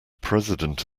president